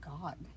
god